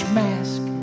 mask